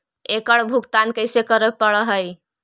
एकड़ भुगतान कैसे करे पड़हई?